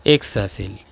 x असेल